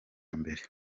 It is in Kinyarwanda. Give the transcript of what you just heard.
mbere